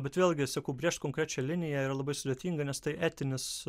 bet vėlgi sakau brėžt konkrečią liniją yra labai sudėtinga nes tai etinis